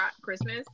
Christmas